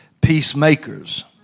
peacemakers